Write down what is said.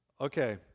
Okay